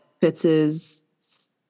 Fitz's